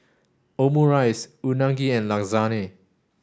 Omurice Unagi and Lasagne